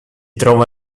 trova